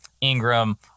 ingram